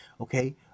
Okay